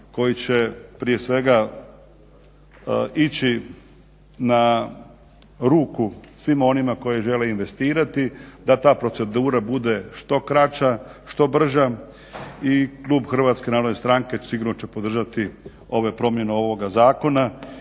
koji će prije svega ići na ruku svima onima koji žele investirati, da ta procedura bude što kraća, što brža i klub Hrvatske narodne stranke sigurno će podržati ove promjene ovoga zakona,